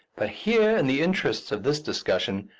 but here, in the interests of this discussion,